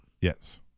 Yes